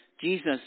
Jesus